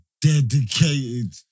dedicated